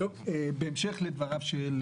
בהמשך לדברים,